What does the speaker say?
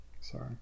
sorry